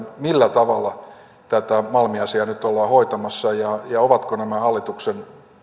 millä tavalla tätä malmi asiaa nyt ollaan hoitamassa ja ja ovatko nämä hallituksen